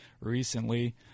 recently